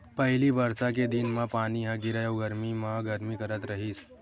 पहिली बरसा के दिन म पानी ह गिरय अउ गरमी म गरमी करथ रहिस